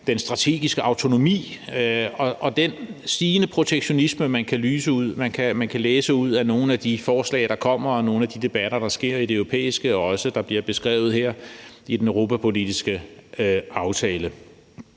den strategiske autonomi og den stigende protektionisme, man kan læse ud af nogle af de forslag, der kommer, og nogle af de debatter, der sker i det europæiske, og som også bliver beskrevet her i »Europapolitisk aftale«.